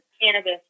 cannabis